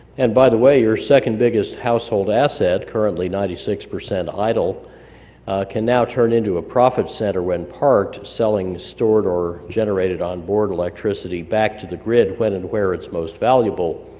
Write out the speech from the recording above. and by the way, your second biggest household asset, currently ninety six percent idle can now turn into a profit center when parked selling stored or generated onboard electricity back to the grid when and where it's most valuable.